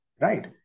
right